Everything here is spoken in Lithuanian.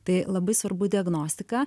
tai labai svarbu diagnostika